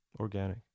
organic